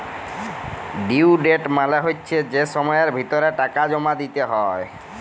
due date মালে হচ্যে যে সময়ের ভিতরে টাকা দিতে হ্যয়